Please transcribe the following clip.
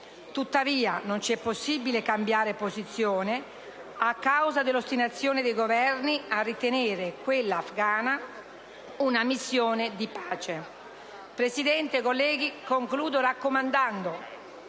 Tuttavia, non ci è possibile cambiare posizione, a causa dell'ostinazione dei governi a ritenere quella afghana una missione di pace. Signor Presidente, colleghi, concludo raccomandando